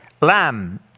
lamb